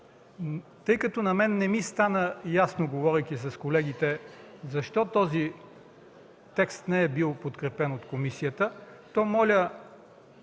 Тъй като на мен не ми стана ясно, говорейки с колегите, защо този текст не е бил подкрепен от комисията, моля